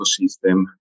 ecosystem